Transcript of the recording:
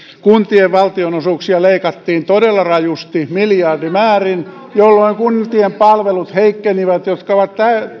kuntien valtionosuuksia leikattiin todella rajusti miljardimäärin jolloin kuntien palvelut heikkenivät jotka ovat